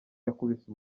yakubise